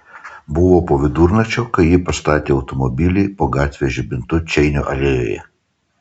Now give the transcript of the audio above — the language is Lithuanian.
buvo po vidurnakčio kai ji pastatė automobilį po gatvės žibintu čeinio alėjoje